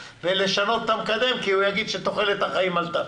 ולשנות את המקדם כי הוא יגיד שתוחלת החיים עלתה.